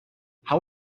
how